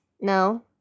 No